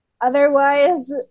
Otherwise